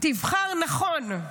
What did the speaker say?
תבחר נכון.